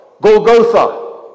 Golgotha